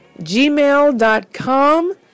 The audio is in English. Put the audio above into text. gmail.com